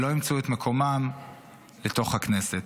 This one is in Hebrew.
שלא ימצאו את מקומם בתוך הכנסת.